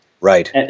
Right